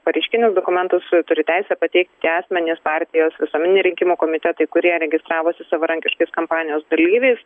pareiškinius dokumentus turi teisę pateikti asmenys partijos visuomeniniai rinkimų komitetai kurie registravosi savarankiškais kampanijos dalyviais